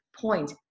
point